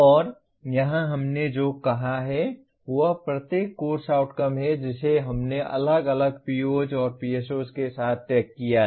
और यहां हमने जो कहा है वह प्रत्येक कोर्स आउटकम है जिसे हमने अलग अलग POs और PSOs के साथ टैग किया है